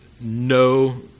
No